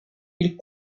ilk